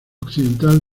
occidental